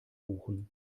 buchen